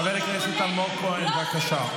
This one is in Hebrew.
חבר הכנסת אלמוג כהן, בבקשה.